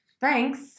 Thanks